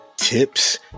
tips